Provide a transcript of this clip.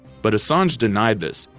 but assange denied this,